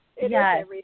Yes